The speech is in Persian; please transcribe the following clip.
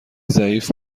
ضعیف